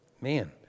man